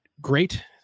great